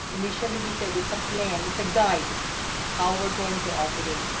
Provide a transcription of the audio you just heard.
initially we said it's a plan. it's a guide how we're going to operate.